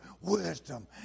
wisdom